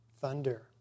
thunder